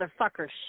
motherfuckers